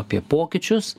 apie pokyčius